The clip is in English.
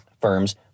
firms